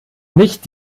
nicht